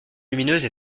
lumineuse